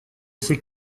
ces